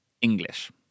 English